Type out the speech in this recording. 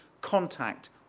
contact